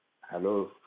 Hello